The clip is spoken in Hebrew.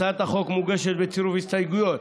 הצעת החוק מוגשת בצירוף הסתייגויות,